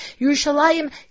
Yerushalayim